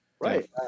right